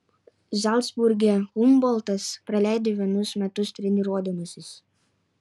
zalcburge humboltas praleido vienus metus treniruodamasis